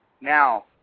Now